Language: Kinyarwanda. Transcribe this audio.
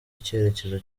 icyerekezo